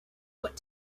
what